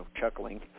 chuckling